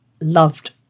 loved